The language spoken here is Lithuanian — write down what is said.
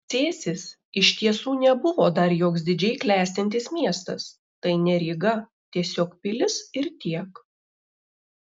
cėsis iš tiesų nebuvo dar joks didžiai klestintis miestas tai ne ryga tiesiog pilis ir tiek